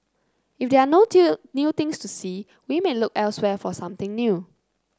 if there are no new things to see we may look elsewhere for something new